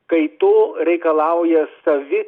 kai to reikalauja savi